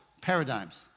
paradigms